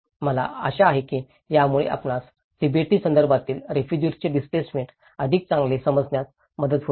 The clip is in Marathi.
मला आशा आहे की यामुळे आपणास तिबेटी संदर्भातील रेफुजिर्सांचे डिस्प्लेसमेंट अधिक चांगले समजण्यास मदत होईल